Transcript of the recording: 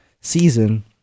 season